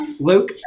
Luke